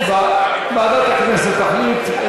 ועדת הכנסת תחליט.